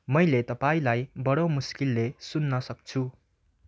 मैले तपाईँलाई बडो मुस्किलले सुन्न सक्छु